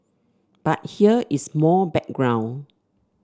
but here is more background